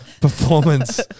performance